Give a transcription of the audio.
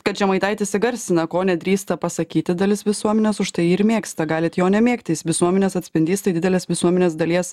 kad žemaitaitis įgarsina ko nedrįsta pasakyti dalis visuomenės užtai jį ir mėgsta galit jo nemėgti jis visuomenės atspindys tai didelės visuomenės dalies